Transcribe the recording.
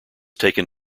taken